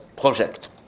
project